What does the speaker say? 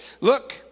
look